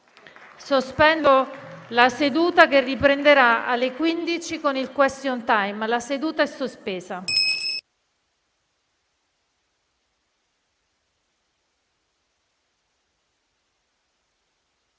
Sospendo la seduta, che riprenderà alle ore 15 con il *question time*. *(La seduta, sospesa